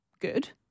good